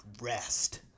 rest